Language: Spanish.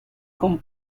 con